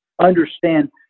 understand